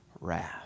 wrath